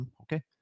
okay